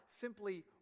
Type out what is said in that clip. simply